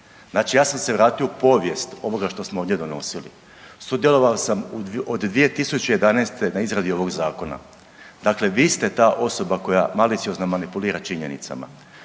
Znači ja sam se vratio u povijest ovoga što smo ovdje donosili. Sudjelovao sam od 2011. na izradi ovoga Zakona. Dakle vi ste ta osoba koja maliciozno manipulira činjenicama.